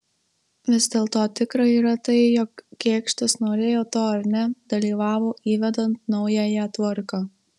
vis dėlto tikra yra tai jog kėkštas norėjo to ar ne dalyvavo įvedant naująją tvarką